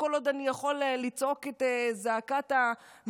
כל עוד אני יכול לצעוק את זעקת המקופחים,